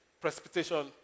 precipitation